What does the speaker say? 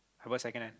I bought second hand